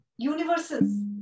universes